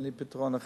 אין לי פתרון אחר.